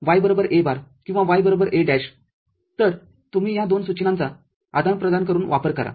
किंवा तर तुम्ही या दोन सूचनांचाआदानप्रदान करून वापर करा